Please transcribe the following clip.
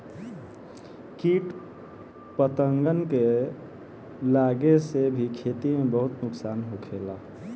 किट पतंगन के लागे से भी खेती के बहुत नुक्सान होखेला